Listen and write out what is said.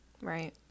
right